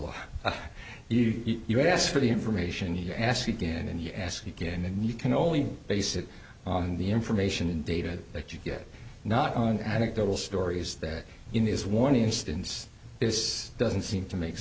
law you you ask for the information you're asked again and you ask again and you can only base it on the information and data that you get not on anecdotal stories that in this one instance this doesn't seem to make